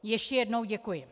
Ještě jednou děkuji.